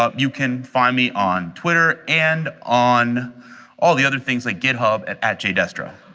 ah you can find me on twitter and on all the other things like github at at jaydestro,